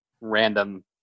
random